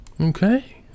okay